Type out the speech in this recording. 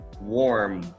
warm